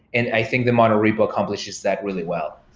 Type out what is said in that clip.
and i think the monorepo accomplishes that really well.